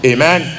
Amen